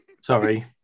sorry